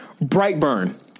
Brightburn